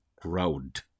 crowd